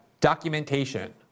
documentation